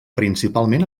principalment